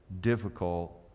difficult